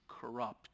corrupt